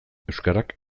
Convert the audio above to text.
euskarak